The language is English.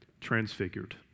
Transfigured